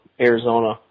Arizona